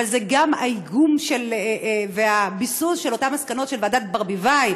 אבל זה גם האיגום והביסוס של אותן מסקנות של ועדת ברביבאי,